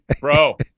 bro